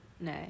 no